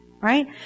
Right